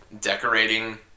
decorating